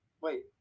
Wait